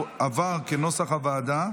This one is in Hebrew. כנוסח הוועדה,